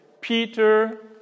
Peter